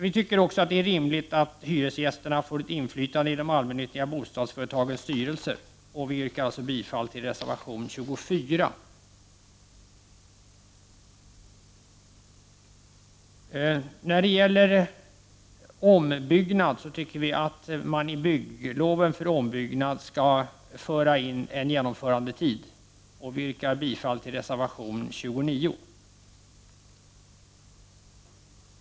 Det är också rimligt att hyresgästerna får ett inflytande i de allmännyttiga bostadsföretagens styrelse. Jag yrkar därför bifall till reservation 24. När det gäller ombyggnad tycker vi att man i bygglov för ombyggnad skall föra in en genomförandetid. Vi yrkar bifall till reservation 29.